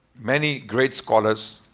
many great scholars.